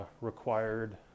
required